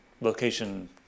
location